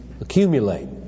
accumulate